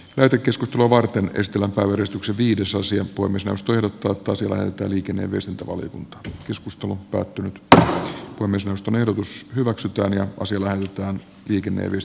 petri keskitaloa varten kestilän valmistuksen viidesosa ja poimi saastuneiden puhemiesneuvosto ehdottaa että liikenne ja viestintävaliokunta keskustelu päättynyt tähti on myös ruston ehdotus hyväksytään ja siellä mitään kykenevyys